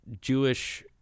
Jewish